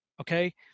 okay